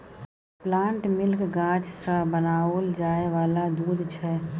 plant milk गाछ सँ बनाओल जाय वाला दूध छै